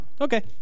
Okay